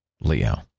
Leo